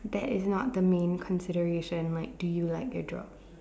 that is not the main consideration like do you like your job